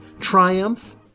triumph